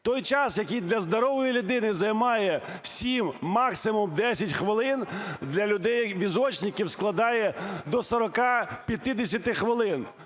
Той час, який для здорової людини займає 7, максимум 10 хвилин, для людей-візочників складає до 40-50 хвилин.